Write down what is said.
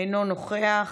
אינו נוכח,